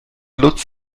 lutz